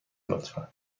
لطفا